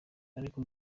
ariko